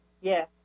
Yes